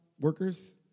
workers